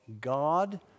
God